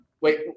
wait